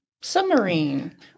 submarine